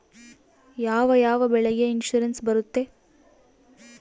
ಯಾವ ಯಾವ ಬೆಳೆಗೆ ಇನ್ಸುರೆನ್ಸ್ ಬರುತ್ತೆ?